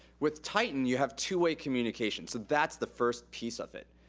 with titan, you have two-way communication. so that's the first piece of it.